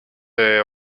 sel